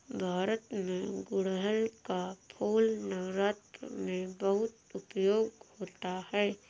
भारत में गुड़हल का फूल नवरात्र में बहुत उपयोग होता है